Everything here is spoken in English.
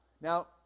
Now